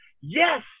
yes